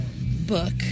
book